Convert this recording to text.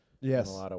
yes